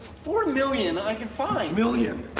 four million i can find million.